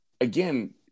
again